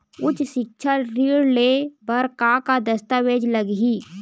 उच्च सिक्छा ऋण ले बर का का दस्तावेज लगही?